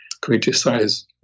Criticize